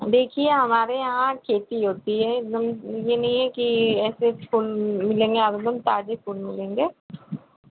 देखिए हमारे यहाँ खेती होती है एकदम यह नहीं है कि ऐसे फूल मिलेंगे एकदम ताज़ा फूल मिलेंगे